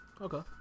Okay